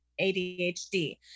adhd